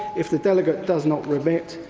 if the delegate does not remit,